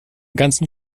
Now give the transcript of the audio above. ganzen